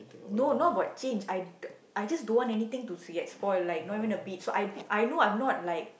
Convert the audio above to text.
no not about change I d~ I just don't want anything to get spoil like not even the bead so I I know I'm not like